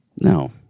no